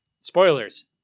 Spoilers